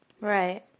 Right